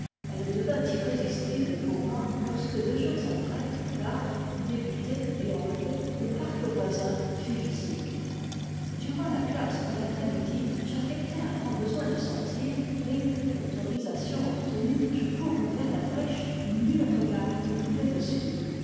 elle devint irrésistible pour moi lorsque deux jours après l'arbre débité et enlevé le parc voisin fut visible durant la classe de l'après midi j'affectai un grand besoin de sortir et l'autorisation obtenue je courus vers la brèche où nul regard ne pouvait me suivre